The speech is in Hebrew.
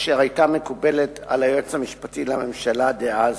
אשר היתה מקובלת על היועץ המשפטי לממשלה דאז,